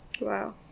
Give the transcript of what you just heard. Wow